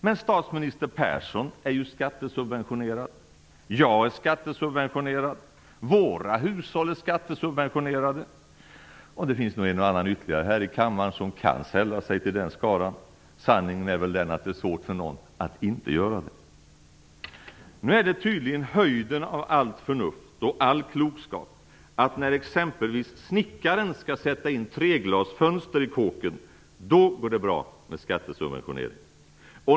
Men statsminister Persson är ju skattesubventionerad. Jag är skattesubventionerad. Våra hushåll är skattesubventionerade, och det finns nog en och annan ytterligare här i kammaren som kan sälla sig till den skaran. Sanningen är väl den att det är svårt för någon att inte göra det. Nu är det tydligen höjden av allt förnuft och all klokskap att det, när exempelvis snickaren skall sätta in treglasfönster i kåken, går bra med skattesubventionering.